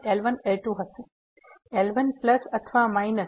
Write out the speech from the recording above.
L1પ્લ્સ અથવા માઈનસ